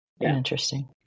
Interesting